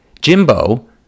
Jimbo